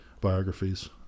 biographies